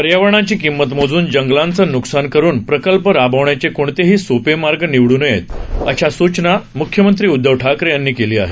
पर्यावरणाची किंमत मोजून जंगलाचं नुकसान करून प्रकल्प राबवण्याचे कोणेतेही सोपे मार्ग निवड् नयेत अशी सूचना मुख्यमंत्री उद्धव ठाकरे यांनी केली आहे